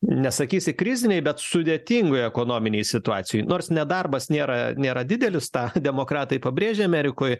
nesakysi krizinėj bet sudėtingoj ekonominėj situacijoj nors nedarbas nėra nėra didelis tą demokratai pabrėžia amerikoj